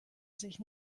sich